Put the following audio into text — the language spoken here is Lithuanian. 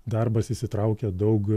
darbas įsitraukė daug